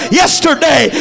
yesterday